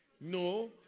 No